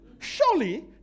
Surely